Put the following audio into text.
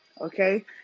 Okay